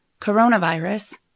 Coronavirus